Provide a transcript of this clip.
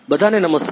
બધા ને નમસ્કાર